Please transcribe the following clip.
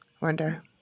wonder